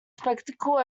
spectacle